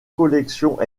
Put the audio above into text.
collections